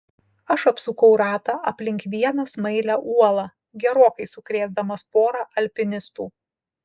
aš apsukau ratą aplink vieną smailią uolą gerokai sukrėsdamas porą alpinistų